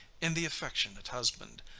in the affectionate husband,